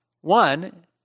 One